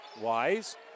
Wise